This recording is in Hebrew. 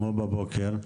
אתמול בבוקר,